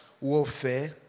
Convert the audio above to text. warfare